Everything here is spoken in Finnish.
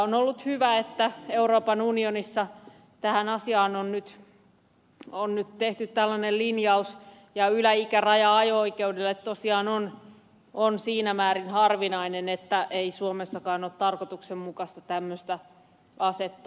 on ollut hyvä että euroopan unionissa tähän asiaan on nyt tehty tällainen linjaus ja yläikäraja ajo oikeudelle tosiaan on siinä määrin harvinainen että ei suomessakaan ole tarkoituksenmukaista tämmöistä asettaa